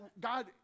God